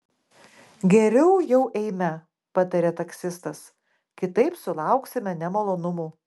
geriau jau eime patarė taksistas kitaip sulauksime nemalonumų